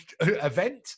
event